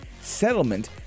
settlement